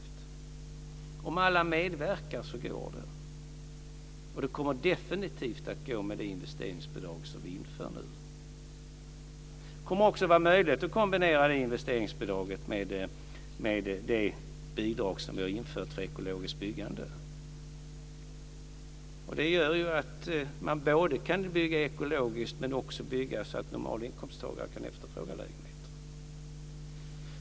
Om alla medverkar så går det. Det kommer definitivt att gå med det investeringsbidrag som vi inför nu. Det kommer också att vara möjligt att kombinera detta investeringsbidrag med det bidrag som vi har infört för ekologiskt byggande. Det gör att man både kan bygga ekologiskt och så att normalinkomsttagare kan efterfråga lägenheterna.